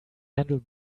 handle